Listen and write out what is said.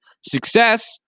success